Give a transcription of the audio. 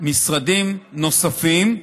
משרדים נוספים,